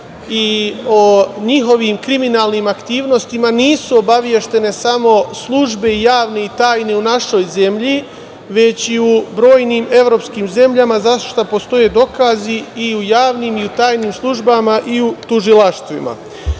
i o njihovim kriminalnim aktivnostima nisu obaveštene samo službe i javne i tajne u našoj zemlji, već i u brojnim evropskim zemljama za šta postoje dokazi i u javnim i u tajnim službama i u tužilaštvima. Pre